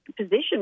position